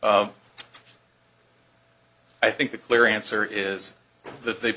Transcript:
at i think the clear answer is that they